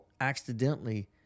accidentally